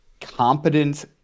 competence